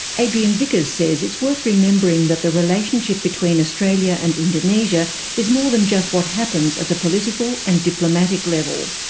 adrian vickers says it's worth remembering that the relationship between australia and indonesia is more than just what happens at the political and diplomatic level.